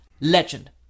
Legend